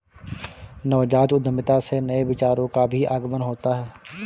नवजात उद्यमिता से नए विचारों का भी आगमन होता है